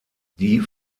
die